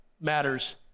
matters